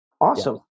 Awesome